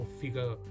figure